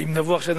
אם נבוא עכשיו,